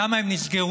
למה הם נסגרו?